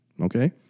Okay